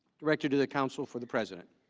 directed the council for the president